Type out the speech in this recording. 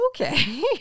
okay